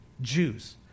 Jews